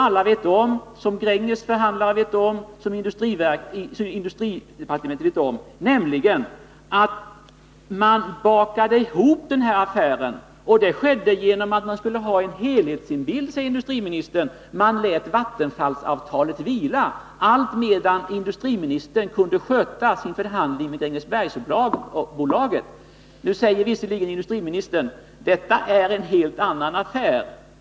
Alla vet om, Gränges förhandlare, industridepartementets förhandlare, nämligen att man bakade ihop de här affärerna. Detta skedde därför att man ville ha en helhetsbild, säger industriministern. Man lät Vattenfallsavtalet vila allt medan industriministern kunde sköta sina förhandlingar med Grängesbergsbolaget. Nu säger visserligen industriministern: Detta är en helt annan affär.